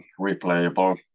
replayable